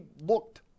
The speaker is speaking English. looked